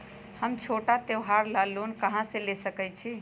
हम छोटा त्योहार ला लोन कहां से ले सकई छी?